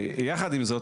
ביחד עם זאת,